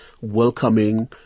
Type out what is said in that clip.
welcoming